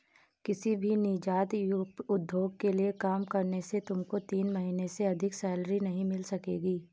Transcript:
किसी भी नीजात उद्योग के लिए काम करने से तुमको तीन महीने से अधिक सैलरी नहीं मिल सकेगी